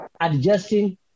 adjusting